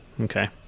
Okay